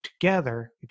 together